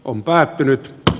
on päättynyt